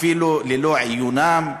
אפילו ללא עיונם,